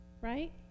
Right